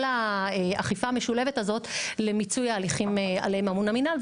האכיפה המשולבת הזו למיצוי ההליכים עליהם אמון המנהל,